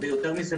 ויותר מזה,